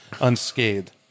unscathed